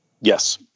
Yes